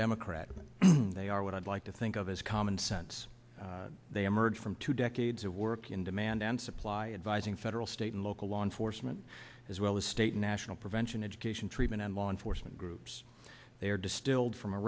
democrat they are what i'd like to think of as common sense they emerged from two decades of work in demand and supply advising federal state and local law enforcement as well as state national prevention education even in law enforcement groups they are distilled from a